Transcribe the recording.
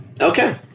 Okay